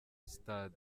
stade